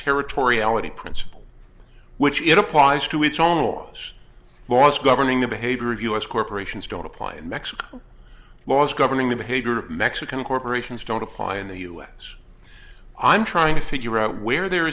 territoriality principle which it applies to its own laws laws governing the behavior of u s corporations don't apply in mexico laws governing the behavior of mexican corporations don't apply in the u s i'm trying to figure out where there